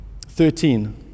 thirteen